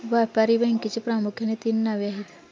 व्यापारी बँकेची प्रामुख्याने तीन नावे आहेत